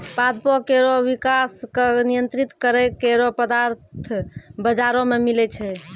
पादपों केरो विकास क नियंत्रित करै केरो पदार्थ बाजारो म मिलै छै